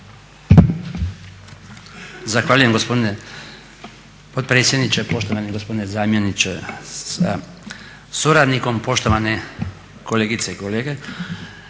Zahvaljujem gospodine potpredsjedniče, poštovani gospodine zamjeniče sa suradnikom, poštovane kolegice i kolege.